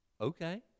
Okay